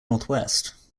northwest